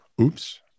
Oops